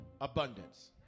Abundance